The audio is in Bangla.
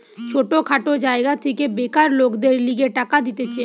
ছোট খাটো জায়গা থেকে বেকার লোকদের লিগে টাকা দিতেছে